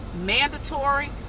mandatory